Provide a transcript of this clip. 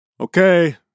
Okay